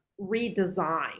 redesign